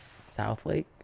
Southlake